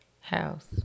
house